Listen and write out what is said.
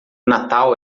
natal